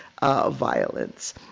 violence